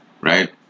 right